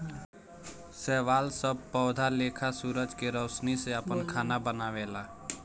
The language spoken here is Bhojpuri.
शैवाल सब पौधा लेखा सूरज के रौशनी से आपन खाना बनावेला